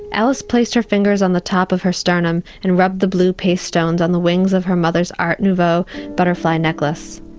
alice placed her fingers on the top of her sternum and rubbed the blue paste stones on the wings of her mother's art nouveau butterfly necklace.